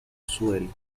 suelo